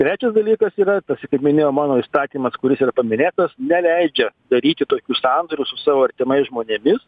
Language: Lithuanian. trečias dalykas yra tas kaip minėjau mano įstatymas kuris yra paminėtas neleidžia daryti tokių sandorių su savo artimais žmonėmis